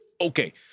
Okay